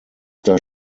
das